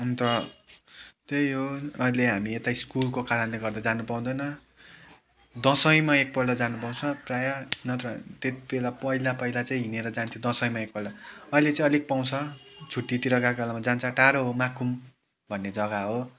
अन्त त्यही हो अहिले हामी यता स्कुलको कारणले गर्दा जानु पाउँदैन दसैँमा एकपल्ट जानु पाउँछ प्रायः नत्र त्यति बेला पहिला पहिला चाहिँ हिँडेर जान्थ्यो दसैँमा एकपल्ट अहिले चाहिँ अलिक पाउँछ छुट्टीतिर गएको बेलामा जान्छ टाडो हो माकुम भन्ने जग्गा हो